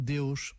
Deus